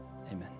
amen